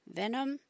venom